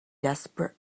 desperate